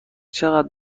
چقدر